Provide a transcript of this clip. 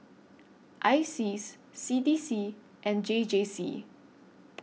ISEAS C D C and J J C